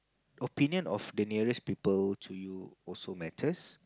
opinion of the nearest people to you also matters